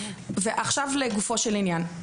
עכשיו לגופו של עניין.